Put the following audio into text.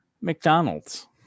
McDonald's